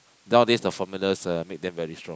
nowadays the formulas uh make them very strong